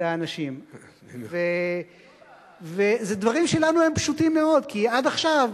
אלה דברים שלנו הם פשוטים מאוד, כי עד עכשיו